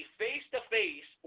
face-to-face